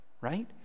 right